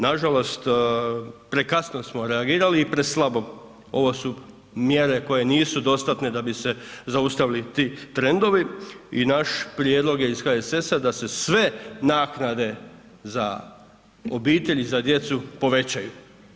Nažalost, prekasno smo reagirali i preslabo, ovo su mjere koje nisu dostatne da bi se zaustavili ti trendovi i naš prijedlog je iz HSS-a da se sve naknade za obitelj i za djecu povećaju.